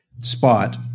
spot